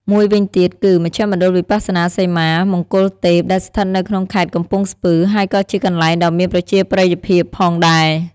មួយវិញទៀតគឺ មជ្ឈមណ្ឌលវិបស្សនាសីមា មង្គលទេព ដែលស្ថិតនៅក្នុងខេត្តកំពង់ស្ពឺ ហើយក៏ជាកន្លែងដ៏មានប្រជាប្រិយភាពផងដែរ។